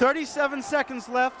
thirty seven seconds left